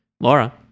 Laura